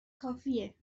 کافیه